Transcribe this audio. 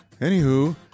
Anywho